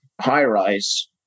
high-rise